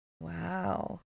Wow